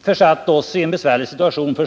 försatt oss i en besvärlig situation.